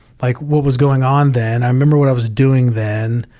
like what was going on then i remember what i was doing then.